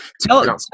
Tell